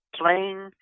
playing